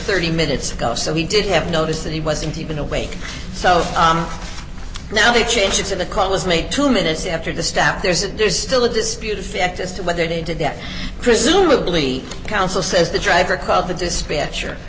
thirty minutes ago so he did have notice that he wasn't even awake so now the changes to the call was made two minutes after the staff there's a there's still a disputed fact as to whether he did that presumably counsel says the driver called the dispatcher